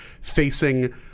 facing